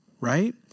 right